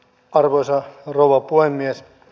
arvoisa rouva puhemies